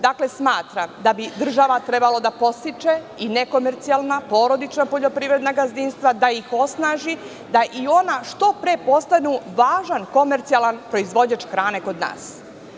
Dakle, smatram da bi država trebalo da podstiče i nekomercijalna porodična poljoprivredna gazdinstva, da ih osnaži, da i ona što pre postanu važan komercijalan proizvođač hrane kod nas.